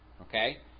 Okay